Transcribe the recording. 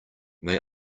may